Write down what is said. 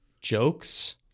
jokes